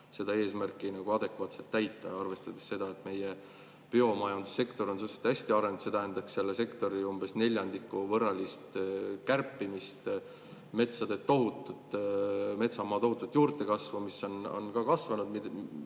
seda eesmärki adekvaatselt täita, arvestades seda, et meie biomajandussektor on suhteliselt hästi arenenud, see tähendaks selle sektori umbes neljandiku võrra kärpimist, metsamaa tohutut juurdekasvu – see on ka kasvanud.